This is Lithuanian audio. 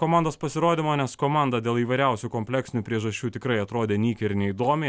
o komandos pasirodymo nes komanda dėl įvairiausių kompleksinių priežasčių tikrai atrodė nykiai ir neįdomiai